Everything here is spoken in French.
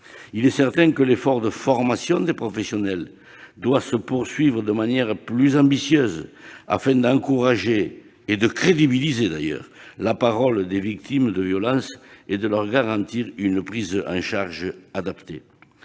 Il est certain que l'effort de formation des professionnels doit se poursuivre de manière plus ambitieuse, afin d'encourager et de crédibiliser la parole des victimes de violences et de leur garantir une prise en charge adaptée.